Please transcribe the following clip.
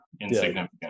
insignificant